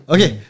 Okay